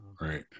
Right